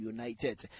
United